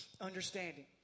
understanding